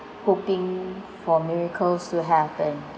hoping for miracles to happen